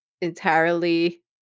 entirely